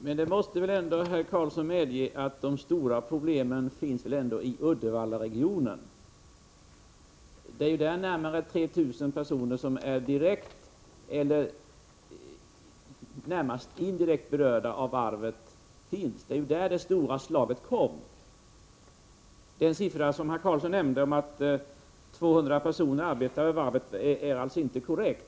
Fru talman! Men herr Karlsson måste väl ändå medge att de stora problemen finns i Uddevallaregionen. Det är ju där närmare 3 000 personer som är direkt — eller närmast indirekt — berörda, eftersom varvet finns just där. Det var där det stora slaget kom. Den siffra som herr Karlsson nämnde, att 200 personer från Färgelanda arbetar vid varvet, är alltså inte korrekt.